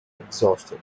exhausted